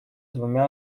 двумя